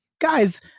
Guys